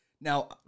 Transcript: now